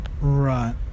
Right